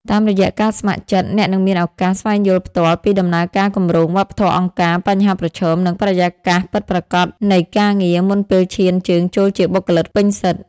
តាមរយៈការស្ម័គ្រចិត្ត អ្នកនឹងមានឱកាស ស្វែងយល់ផ្ទាល់ពីដំណើរការគម្រោង វប្បធម៌អង្គការ បញ្ហាប្រឈម និងបរិយាកាសពិតប្រាកដនៃការងារ មុនពេលឈានជើងចូលជាបុគ្គលិកពេញសិទ្ធិ។